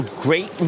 great